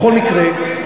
בכל מקרה,